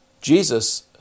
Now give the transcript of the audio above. Jesus